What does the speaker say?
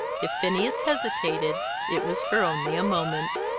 if phineas hesitated it was for only a moment.